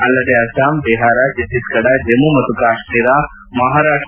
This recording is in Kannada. ಅಲ್ಲದೆ ಅಸ್ಲಾಂ ಬಿಹಾರ ಭತ್ತೀಸ್ಗಢ ಜಮ್ಮ ಮತ್ತು ಕಾಶ್ಮೀರ ಮಹಾರಾಷ್ಟ